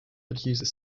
uses